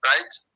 Right